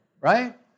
right